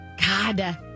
God